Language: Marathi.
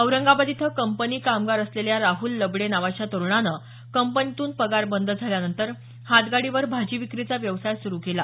औरंगाबाद इथं कंपनी कामगार असलेल्या राहूल लबडे नावाच्या तरुणानं कंपनीतून पगार बंद झाल्यानंतर हातगाडीवर भाजी विक्रीचा व्यवसाय सुरू केला